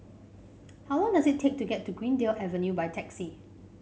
how long does it take to get to Greendale Avenue by taxi